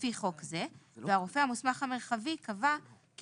לפי חוק זה והרופא המוסמך המרחבי קבע כי